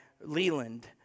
Leland